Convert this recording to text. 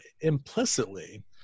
implicitly